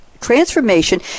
Transformation